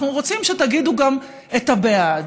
אנחנו רוצים שתגידו גם את הבעד.